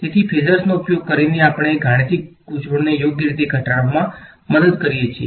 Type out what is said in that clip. તેથી ફેઝર્સનો ઉપયોગ કરીને આપણે ગાણિતિક ગૂંચવણોને યોગ્ય રીતે ઘટાડવામાં મદદ કરીએ છીએ